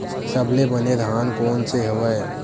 सबले बने धान कोन से हवय?